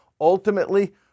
ultimately